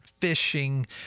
fishing